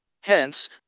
Hence